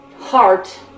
heart